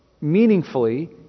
meaningfully